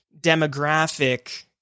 demographic